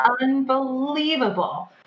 unbelievable